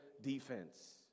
defense